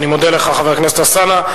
אני מודה לך, חבר הכנסת אלסאנע.